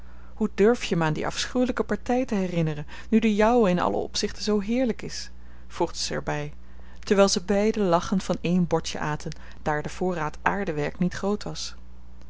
hoe durf je me aan die afschuwelijke partij te herinneren nu de jouwe in alle opzichten zoo heerlijk is voegde ze er bij terwijl ze beiden lachend van één bordje aten daar de voorraad aardewerk niet groot was